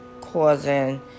causing